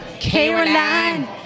Caroline